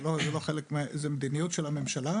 מדיניות של הממשלה